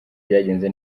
byagenze